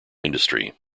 industry